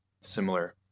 similar